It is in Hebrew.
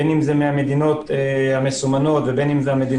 בין אם זה מהמדינות המסומנות ובין אם זה כלל